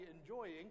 enjoying